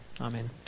Amen